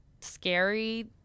scary